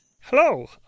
Hello